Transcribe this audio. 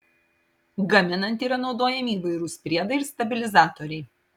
gaminant yra naudojami įvairūs priedai ir stabilizatoriai